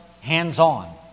hands-on